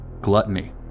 Gluttony